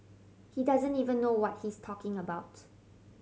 he doesn't even know what he's talking about